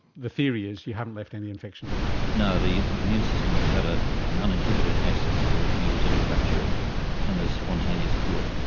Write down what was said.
the theory is you haven't left any infection behind. no, the immune system has had an uninhibited access to any residual bacteria and there's a spontaneous cure.